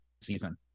season